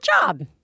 job